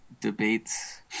debates